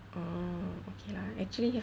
oh okay lah actually hor